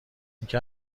اینکه